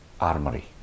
armory